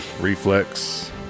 Reflex